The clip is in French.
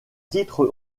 titres